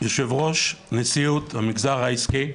יושב-ראש נשיאות המגזר העסקי,